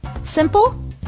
simple